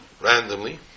randomly